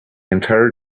entire